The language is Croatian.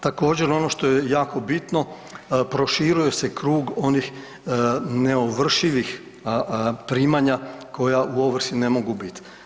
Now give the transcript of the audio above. Također ono što je jako bitno proširuje se krug onih neovršivih primanja koja u ovrsi ne mogu bit.